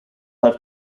have